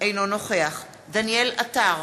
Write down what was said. אינו נוכח דניאל עטר,